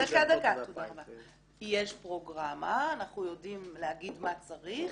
אנחנו יודעים להגיד מה צריך.